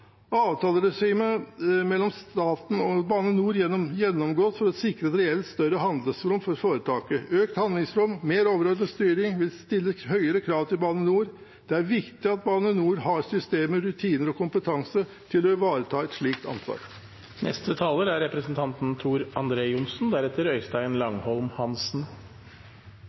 å sikre et reelt større handlingsrom for foretaket. Økt handlingsrom og mer overordnet styring vil stille større krav til Bane NOR. Det er viktig at Bane NOR har systemer, rutiner og kompetanse til å ivareta et slikt ansvar.